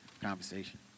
conversation